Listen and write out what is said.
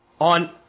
on